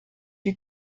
you